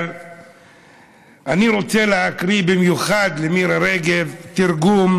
אבל אני רוצה להקריא במיוחד למירי רגב תרגום